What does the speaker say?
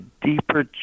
deeper